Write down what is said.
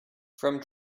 from